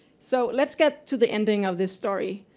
so let's get to the ending of this story.